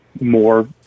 more